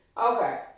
Okay